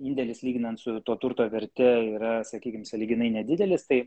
indėlis lyginant su to turto verte yra sakykim sąlyginai nedidelis tai